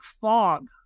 fog